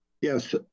Yes